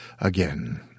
again